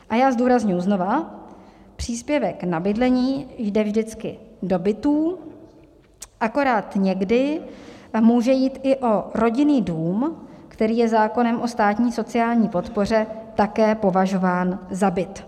A já zdůrazňuji znova, příspěvek na bydlení jde vždycky do bytů, akorát někdy může jít i o rodinný dům, který je zákonem o státní sociální podpoře také považován za byt.